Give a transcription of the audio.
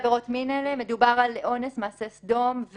מדובר על אונס, מעשה סדום,